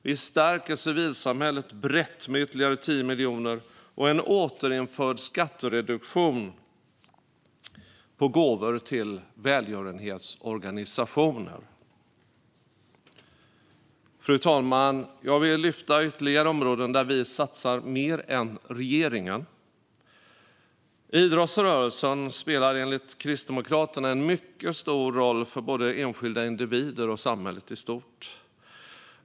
Vi stärker civilsamhället brett med ytterligare 10 miljoner och en återinförd skattereduktion på gåvor till välgörenhetsorganisationer. Fru talman! Jag vill lyfta fram ytterligare områden där vi satsar mer än regeringen: Idrottsrörelsen spelar enligt Kristdemokraterna en mycket stor roll för både enskilda individer och samhället i stort.